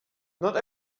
not